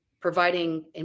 providing